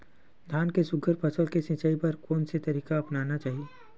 धान के सुघ्घर फसल के सिचाई बर कोन से तरीका अपनाना चाहि?